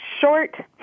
short